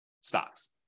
stocks